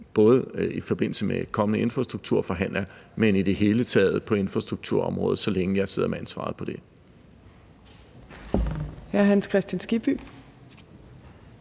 både i forbindelse med kommende infrastrukturforhandlinger, men i det hele taget på infrastrukturområdet, så længe jeg sidder med ansvaret for det. Kl. 13:34 Fjerde